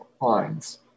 lines